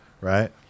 right